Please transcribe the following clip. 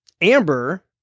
Amber